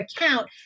account